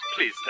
Please